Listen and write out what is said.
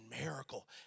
miracle